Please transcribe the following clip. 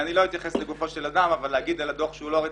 אני לא אתייחס לגופו של אדם אבל לומר על הדוח שהוא לא רציני,